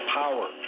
power